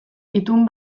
itun